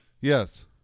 Yes